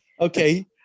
Okay